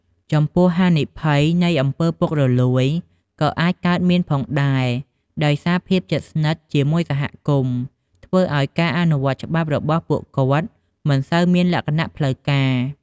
ចំពោះហានិភ័យនៃអំពើពុករលួយក៏អាចកើតមានផងដែរ ដោយសារភាពជិតស្និទ្ធជាមួយសហគមន៍ ធ្វើឲ្យការអនុវត្តច្បាប់របស់ពួកគាត់មិនសូវមានលក្ខណៈផ្លូវការ។